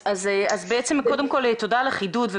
תודה על החידוד.